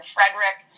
Frederick